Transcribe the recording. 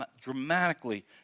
dramatically